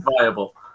viable